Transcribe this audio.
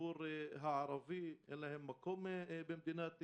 הציבורי הערבי אין להם מקום במדינת ישראל.